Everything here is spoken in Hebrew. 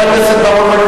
חבר הכנסת בר-און,